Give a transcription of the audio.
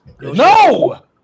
No